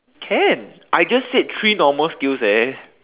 can I just said three normal skills eh